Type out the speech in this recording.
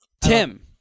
tim